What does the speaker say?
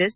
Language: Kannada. ಎಸ್